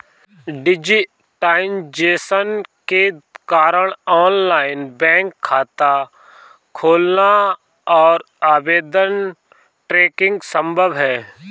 digitisation के कारण online bank खाता खोलना और आवेदन ट्रैकिंग संभव हैं